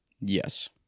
Yes